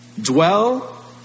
Dwell